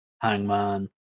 Hangman